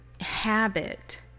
habit